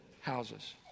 houses